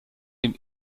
dem